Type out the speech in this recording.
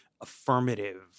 affirmative